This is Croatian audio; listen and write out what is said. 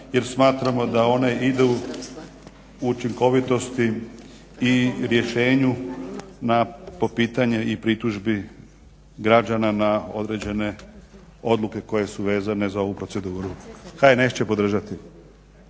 jer smatramo da one idu učinkovitosti i rješenju na, po pitanju i pritužbi građana na određene odluke koje su vezane za ovu proceduru. HNS će podržati.